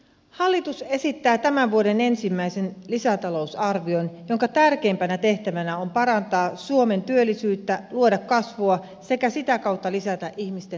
hallitus esittää tämän vuoden ensimmäisen lisätalousarvion jonka tärkeimpänä tehtävänä on parantaa suomen työllisyyttä ja luoda kasvua sekä sitä kautta lisätä ihmisten hyvinvointia